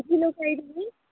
किती लोक आहे तुम्ही